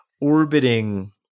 orbiting